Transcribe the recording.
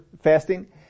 fasting